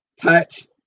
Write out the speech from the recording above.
touch